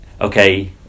okay